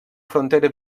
frontera